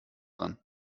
dran